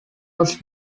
was